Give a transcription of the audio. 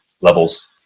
levels